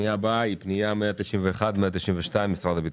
הפנייה הבאה היא פנייה 191, 192 משרד הביטחון.